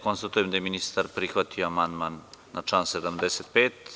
Konstatujem da je ministar prihvatio amandman na član 75.